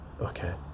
Okay